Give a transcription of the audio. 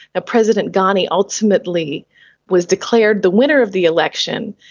ah president ghani ultimately was declared the winner of the election.